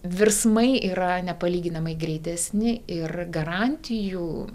virsmai yra nepalyginamai greitesni ir garantijų